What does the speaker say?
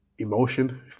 emotion